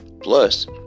Plus